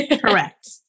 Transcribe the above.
Correct